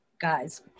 guys